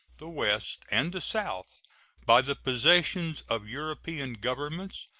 the west, and the south by the possessions of european governments,